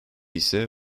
ise